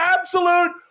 absolute